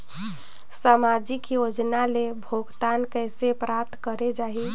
समाजिक योजना ले भुगतान कइसे प्राप्त करे जाहि?